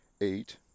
eight